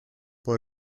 può